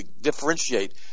differentiate